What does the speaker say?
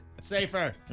Safer